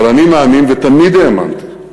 אבל אני מאמין, ותמיד האמנתי,